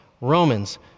Romans